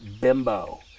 bimbo